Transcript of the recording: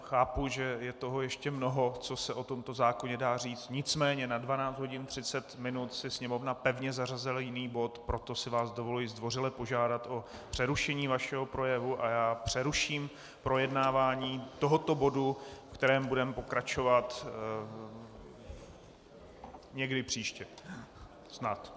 Chápu, že je toho ještě mnoho, co se o tomto zákoně dá říct, nicméně na 12.30 si Sněmovna pevně zařadila jiný bod, proto si vás dovoluji zdvořile požádat o přerušení vašeho projevu a přeruším projednávání tohoto bodu, ve kterém budeme pokračovat někdy příště snad.